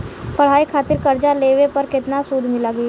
पढ़ाई खातिर कर्जा लेवे पर केतना सूद लागी?